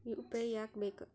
UPI ಯಾಕ್ ಬೇಕು?